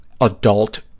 adult